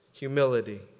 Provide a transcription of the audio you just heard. Humility